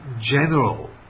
general